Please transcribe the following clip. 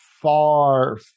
far